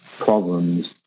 problems